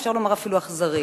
אפשר לומר אפילו אכזרית.